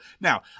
Now